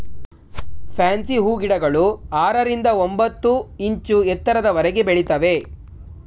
fancy ಹೂಗಿಡಗಳು ಆರರಿಂದ ಒಂಬತ್ತು ಇಂಚು ಎತ್ತರದವರೆಗೆ ಬೆಳಿತವೆ